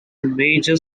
major